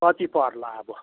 कति पर्ला अब